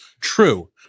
True